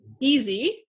easy